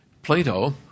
Plato